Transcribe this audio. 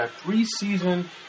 three-season